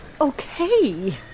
Okay